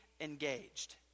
engaged